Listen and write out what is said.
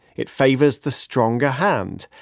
it favors the stronger hand.